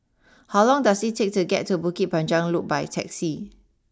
how long does it take to get to Bukit Panjang Loop by taxi